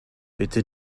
bitte